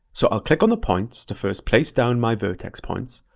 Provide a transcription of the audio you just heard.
so i'll click on the points to first place down my vertex points.